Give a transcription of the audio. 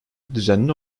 düzenli